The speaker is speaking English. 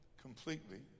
Completely